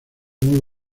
muy